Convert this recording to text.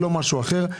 לא משהו אחר,